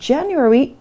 January